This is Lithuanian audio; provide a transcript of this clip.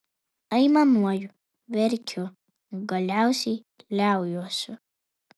aimanuoju verkiu galiausiai liaujuosi